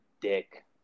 dick